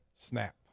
snap